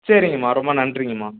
சரிங்கம்மா ரொம்ப நன்றிங்கம்மா